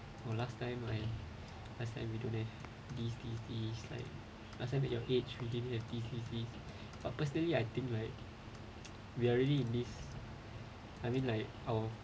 oh last time last time we don't have these these these like last time at your age we didn't have these these these but personally I think like we are already in this I mean like our